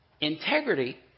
integrity